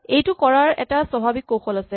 এইটো কৰাৰ এটা স্বাভাৱিক কৌশল আছে